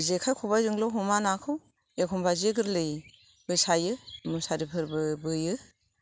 जेखाय खबाय जोंल' हमा नाखौ एखमबा जे गोरलै बो सायो मुसारि फोरबो बोयो